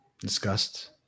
Disgust